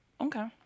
Okay